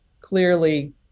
clearly